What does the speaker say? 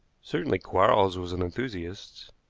certainly quarles was an enthusiast.